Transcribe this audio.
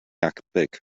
epic